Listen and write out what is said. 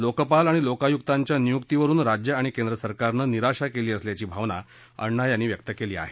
लोकपाल आणि लोकायुक्तांच्या नियुक्तीवरुन राज्य आणि केंद्र सरकारनं निराशा केली असल्याची भावना अण्णा यांनी व्यक्त केली आहे